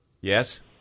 Yes